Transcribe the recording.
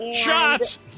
Shots